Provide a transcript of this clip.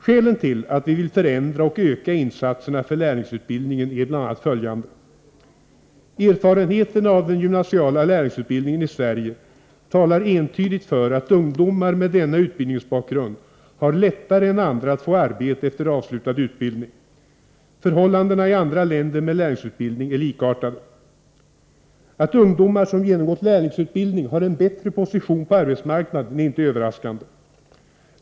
Skälen till att vi vill förändra och öka insatserna för lärlingsutbildning är bl.a. följande: Erfarenheterna av den gymnasiala lärlingsutbildningen i Sverige talar entydigt för att ungdomar med denna utbildningsbakgrund har lättare än andra att få arbete efter avslutad utbildning. Förhållandena i andra länder med lärlingsutbildning är likartade. Att ungdomar som genomgått lärlingsutbildning har en bättre position på arbetsmarknaden är inte överraskande.